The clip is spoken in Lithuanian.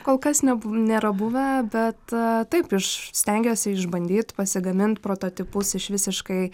kol kas neb nėra buvę bet taip iš stengiuosi išbandyt pasigamint prototipus iš visiškai